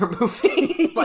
movie